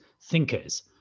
thinkers